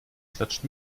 klatscht